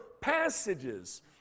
passages